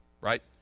right